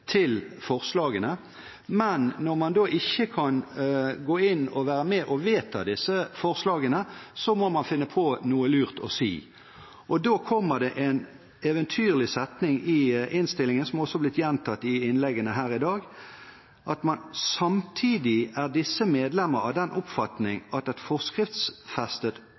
til forslagene. Men når man da ikke kan være med og vedta disse forslagene, må man finne på noe lurt å si, og da kommer det en eventyrlig setning i innstillingen – som også har blitt gjentatt i innleggene her i dag: «Samtidig er disse medlemmer av den oppfatning at et forskriftsfestet